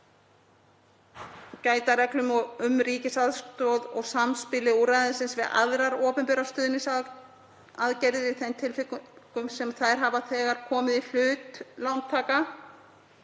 gæta að reglum um ríkisaðstoð og samspili úrræðisins við aðrar opinberar stuðningsaðgerðir í þeim tilvikum sem þær hafa þegar komið í hlut lántaka.